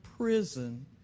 prison